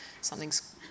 something's